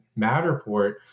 Matterport